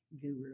guru